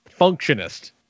Functionist